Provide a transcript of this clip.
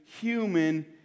human